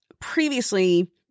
previously